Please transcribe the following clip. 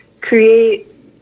create